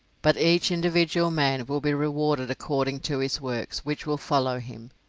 but each individual man will be rewarded according to his works, which will follow him.